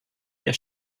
der